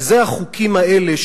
וזה החוקים האלה,